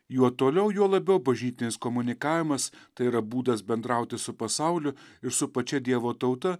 juo toliau juo labiau bažnytinis komunikavimas tai yra būdas bendrauti su pasauliu ir su pačia dievo tauta